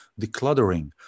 decluttering